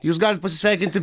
jūs galit pasveikinti